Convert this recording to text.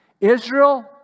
Israel